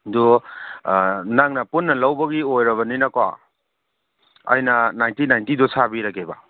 ꯑꯗꯣ ꯅꯪꯅ ꯄꯨꯟꯅ ꯂꯧꯕꯒꯤ ꯑꯣꯏꯔꯕꯅꯤꯅꯀꯣ ꯑꯩꯅ ꯅꯥꯏꯟꯇꯤ ꯅꯥꯏꯟꯇꯤꯗꯣ ꯁꯥꯕꯤꯔꯒꯦꯕ